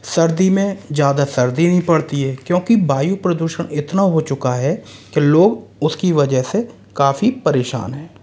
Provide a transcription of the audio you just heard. सर्दी में ज़्यादा सर्दी नहीं पड़ती है क्योंकि वायु प्रदूषण इतना हो चुका है कि लोग उसकी वजह से काफ़ी परेशान है